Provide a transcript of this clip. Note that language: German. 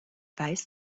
weiß